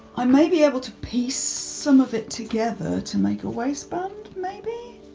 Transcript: i may be able to piece some of it together to make a waistband, maybe?